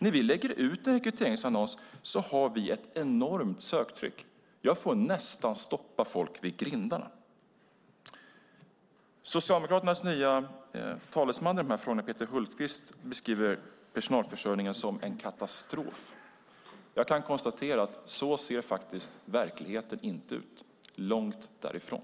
När vi lägger ut en rekryteringsannons har vi ett enormt söktryck. Jag får nästan stoppa folk vid grindarna. Socialdemokraternas nya talesman i dessa frågor, Peter Hultqvist, beskriver personalförsörjningen som en katastrof. Jag kan konstatera att verkligheten faktiskt inte ser ut så - långt därifrån.